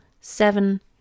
seven